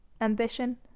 Ambition